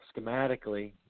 schematically